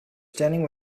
standing